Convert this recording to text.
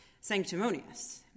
sanctimonious